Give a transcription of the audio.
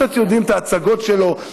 קצת יודעים על ההצגות שלו,